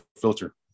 filter